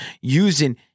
using